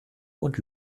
und